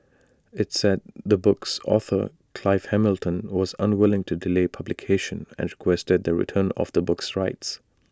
IT said the book's author Clive Hamilton was unwilling to delay publication and requested the return of the book's rights